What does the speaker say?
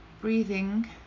breathing